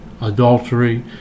adultery